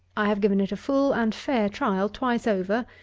i have given it a full and fair trial twice over,